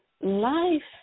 life